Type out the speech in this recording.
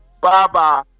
Bye-bye